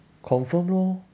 confirm lor